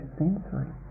sensory